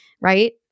right